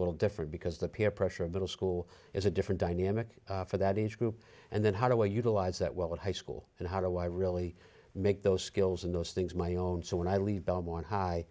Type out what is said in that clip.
little different because the peer pressure of middle school is a different dynamic for that age group and then how do i utilize that well at high school and how do i really make those skills and those things my own so when i leave belmont high